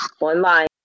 online